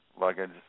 luggage